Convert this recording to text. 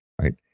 right